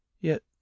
Yet